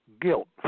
guilt